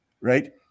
Right